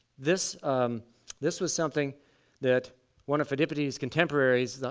this this was something that one of phidippides' contemporaries,